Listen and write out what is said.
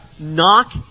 Knock